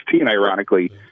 ironically